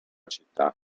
città